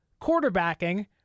quarterbacking